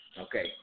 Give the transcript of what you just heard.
Okay